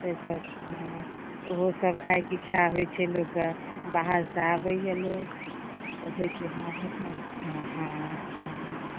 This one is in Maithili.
सरसोके हॅं ओहो सभ खाएके इच्छा होइ छै लोकके बाहरसँ आबैया लोक तऽ होइ छै हॅं मिथिलाके साग हॅं